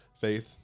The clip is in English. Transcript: Faith